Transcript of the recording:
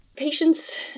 Patients